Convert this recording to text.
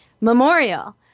memorial